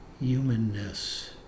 humanness